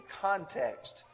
context